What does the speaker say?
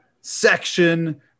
section